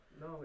No